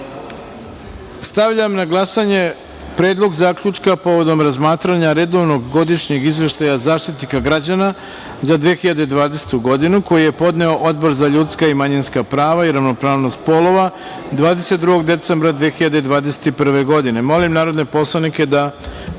stavljam na glasanje Predlog zaključka povodom razmatranja Redovnog godišnjeg izveštaja Zaštitnika građana za 2020. godinu, koji je podneo Odbor za ljudska i manjinska prava i ravnopravnost polova 22. decembra 2021. godine. Molim narodne poslanike da